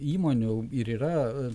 įmonių ir yra